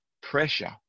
pressure